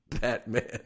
Batman